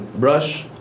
brush